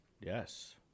Yes